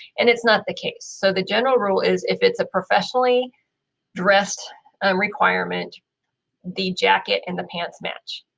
and it's not the case. so the general rule is if it's a professionally dressed requirement the jacket and the pants match.